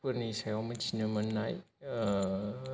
फोरनि सायाव मोनथिनो मोननाय ओ